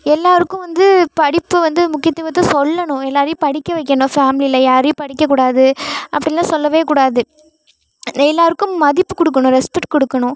எல்லோருக்கும் வந்து படிப்பு வந்து முக்கியத்துவத்தை சொல்லணும் எல்லோரையும் படிக்க வைக்கணும் ஃபேமிலியில் யாரையும் படிக்கக்கூடாது அப்படிலாம் சொல்லவேக்கூடாது எல்லோருக்கும் மதிப்பு கொடுக்கணும் ரெஸ்பெக்ட் கொடுக்கணும்